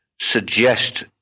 suggest